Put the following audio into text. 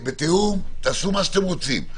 בתיאום תעשו מה שאתם רוצים.